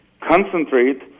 Concentrate